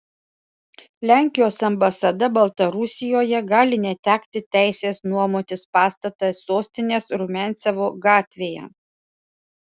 lenkijos ambasada baltarusijoje gali netekti teisės nuomotis pastatą sostinės rumiancevo gatvėje